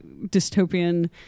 dystopian